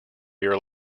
your